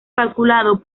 calculado